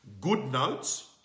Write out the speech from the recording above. GoodNotes